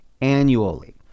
annually